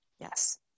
Yes